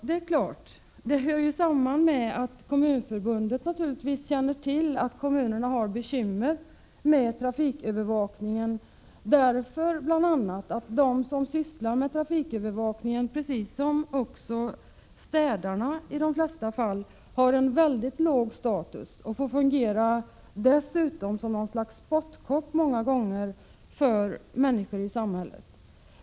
Det hänger samman med att Kommunförbundet känner till att kommunerna har bekymmer med trafikövervakningen, bl.a. därför att de som arbetar med denna, liksom i de flesta fall städarna, har en mycket låg status och dessutom får fungera som ett slags spottkopp för många människor.